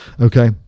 Okay